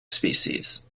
species